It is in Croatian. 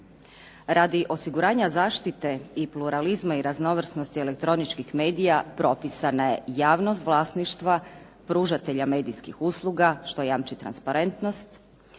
Radi osiguranja zaštite i pluralizma i raznovrsnosti elektroničkih medija propisana je javnost vlasništva, pružatelja medijskih usluga što jamči transparentnost,